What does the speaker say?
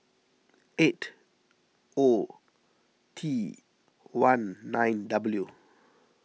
eight O T one nine W